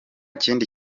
kindi